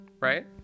right